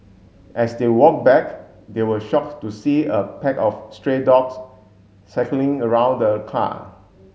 as they walked back they were shocked to see a pack of stray dogs circling around the car